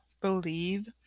believe